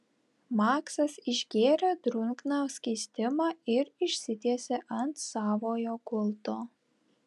maksas išgėrė drungną skystimą ir išsitiesė ant savojo gulto